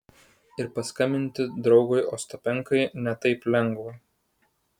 ir paskambinti draugui ostapenkai ne taip lengva